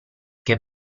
che